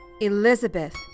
Elizabeth